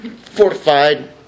fortified